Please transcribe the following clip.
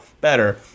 better